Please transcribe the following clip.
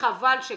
וחבל שכך.